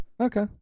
Okay